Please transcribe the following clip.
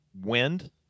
wind